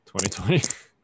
2020